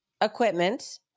equipment